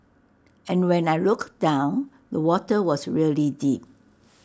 and when I looked down the water was really deep